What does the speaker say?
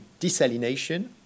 desalination